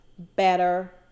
better